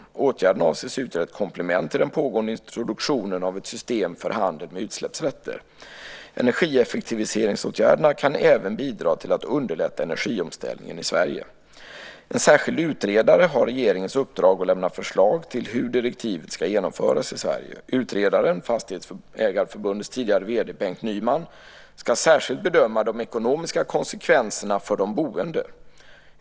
Åtgärderna avses utgöra ett komplement till den pågående introduktionen av ett system för handel med utsläppsrätter. Energieffektiviseringsåtgärderna kan även bidra till att underlätta energiomställningen i Sverige. En särskild utredare har regeringens uppdrag att lämna förslag till hur direktivet ska genomföras i Sverige. Utredaren, Fastighetsägareförbundets tidigare vd Bengt Nyman, ska särskilt bedöma de ekonomiska konsekvenserna för de boende.